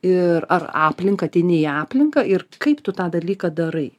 ir ar aplinką ateini į aplinką ir kaip tu tą dalyką darai